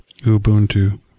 Ubuntu